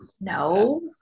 No